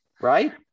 Right